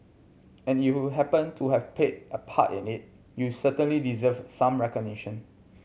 and if you happened to have played a part in it you certainly deserve some recognition